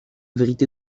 vérité